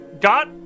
got